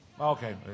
Okay